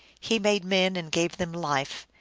he made men and gave them life,